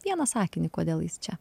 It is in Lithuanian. vieną sakinį kodėl jis čia